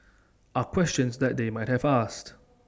are questions that they might have asked